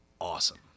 awesome